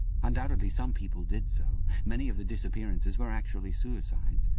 undoubtedly some people did so. many of the disappearances were actually suicides.